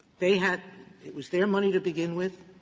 they had it was their money to begin with.